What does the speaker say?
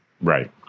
Right